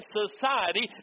society